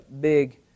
big